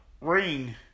ring